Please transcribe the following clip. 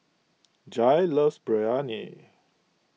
Jair loves Biryani